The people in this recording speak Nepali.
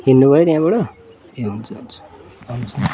हिड्नुभयो त्यहाँबाट ए हुन्छ हुन्छ